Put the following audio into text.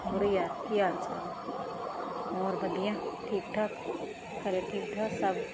ਹੋਰ ਯਾਰ ਕੀ ਹਾਲ ਚਾਲ ਹੋਰ ਵਧੀਆ ਠੀਕ ਠਾਕ ਘਰ ਠੀਕ ਠਾਕ ਸਭ